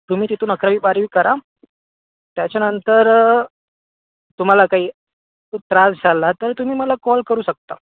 तुम्ही तिथून अकरावी बारावी करा त्याच्यानंतर तुम्हाला काही त्रास झाला तर तुम्ही मला कॉल करू शकता